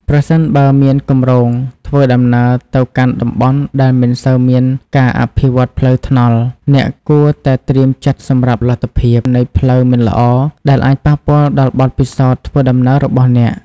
ប្រសិនបើអ្នកមានគម្រោងធ្វើដំណើរទៅកាន់តំបន់ដែលមិនសូវមានការអភិវឌ្ឍផ្លូវថ្នល់ អ្នកគួរតែត្រៀមចិត្តសម្រាប់លទ្ធភាពនៃផ្លូវមិនល្អដែលអាចប៉ះពាល់ដល់បទពិសោធន៍ធ្វើដំណើររបស់អ្នក។